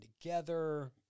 together